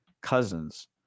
Cousins